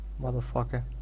motherfucker